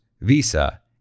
Visa